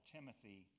Timothy